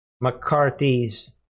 McCarthy's